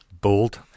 Bold